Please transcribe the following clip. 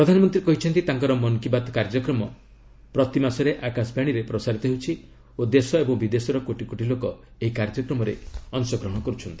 ପ୍ରଧାନମନ୍ତ୍ରୀ କହିଛନ୍ତି ତାଙ୍କର ମନ୍ କି ବାତ୍ କାର୍ଯ୍ୟକ୍ରମ ପ୍ରତିମାସରେ ଆକାଶବାଣୀରେ ପ୍ରସାରିତ ହେଉଛି ଓ ଦେଶ ଏବଂ ବିଦେଶର କୋଟିକୋଟି ଲୋକ ଏହି କାର୍ଯ୍ୟକ୍ରମରେ ଅଂଶଗ୍ରହଣ କରୁଛନ୍ତି